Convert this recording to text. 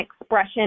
expression